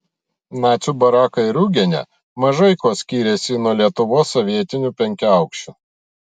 nacių barakai riūgene mažai kuo skiriasi nuo lietuvos sovietinių penkiaaukščių